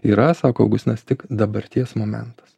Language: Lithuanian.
yra sako augustinas tik dabarties momentas